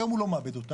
היום הוא לא מעבד אותה,